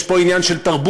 יש פה עניין של תרבות,